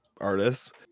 artists